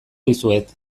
dizuet